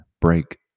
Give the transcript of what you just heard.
break